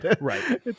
right